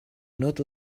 not